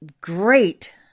great